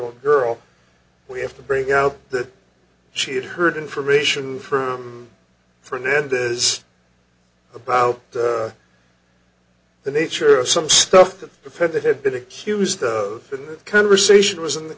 old girl we have to bring out that she had heard information from fernandez about the nature of some stuff that appeared that had been accused in that conversation was in the